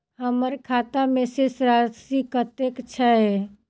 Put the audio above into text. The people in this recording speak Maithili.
हम्मर खाता मे शेष राशि कतेक छैय?